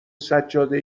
سجاده